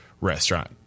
restaurant